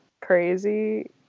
crazy